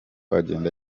agenda